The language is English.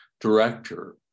director